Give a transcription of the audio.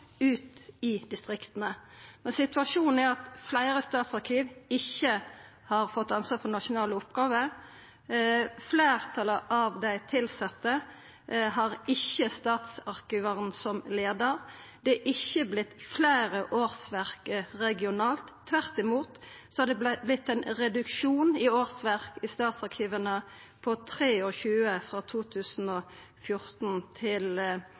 i distriktene.» Men situasjonen er at fleire statsarkiv ikkje har fått ansvar for nasjonale oppgåver. Fleirtalet av dei tilsette har ikkje statsarkivaren som leiar, det har ikkje vorte fleire årsverk regionalt. Tvert imot har det vorte ein reduksjon i årsverk i statsarkiva på 23, frå 2014 til